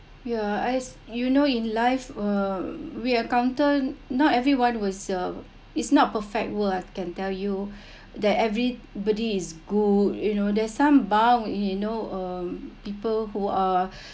yeah as you know in life uh we are counter not everyone will serve it's not perfect world I can tell you that everybody is good you know there's some bound you know um people who are